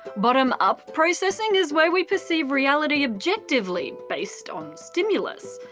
bottom-up processing is where we perceive reality objectively based on stimulus.